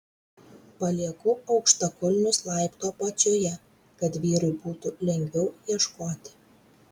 palieku aukštakulnius laiptų apačioje kad vyrui būtų lengviau ieškoti